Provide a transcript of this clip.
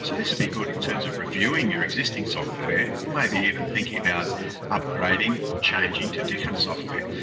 so this should be good in terms of reviewing your existing software or maybe even thinking about upgrading or changing to different software.